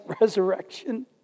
resurrection